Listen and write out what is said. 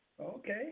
Okay